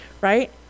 right